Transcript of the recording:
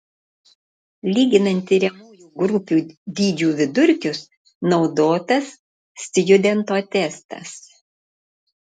lyginant tiriamųjų grupių dydžių vidurkius naudotas stjudento testas